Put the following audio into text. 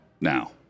now